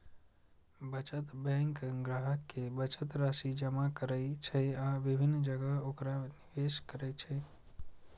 बचत बैंक ग्राहक के बचत राशि जमा करै छै आ विभिन्न जगह ओकरा निवेश करै छै